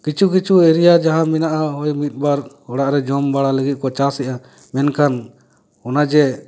ᱠᱤᱪᱷᱩ ᱠᱤᱪᱷᱩ ᱮᱨᱤᱭᱟ ᱡᱟᱦᱟᱸ ᱢᱮᱱᱟᱜᱼᱟ ᱱᱚᱜᱼᱚᱭ ᱢᱤᱫ ᱵᱟᱨ ᱚᱲᱟᱜ ᱨᱮ ᱡᱚᱢ ᱵᱟᱲᱟ ᱞᱟᱹᱜᱤᱫ ᱠᱚ ᱪᱟᱥᱮᱜᱼᱟ ᱢᱮᱱᱠᱷᱟᱱ ᱚᱱᱟ ᱡᱮ